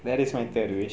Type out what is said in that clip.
mm